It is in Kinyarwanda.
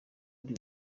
ari